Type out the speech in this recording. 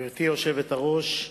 גברתי היושבת-ראש,